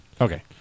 Okay